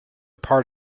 part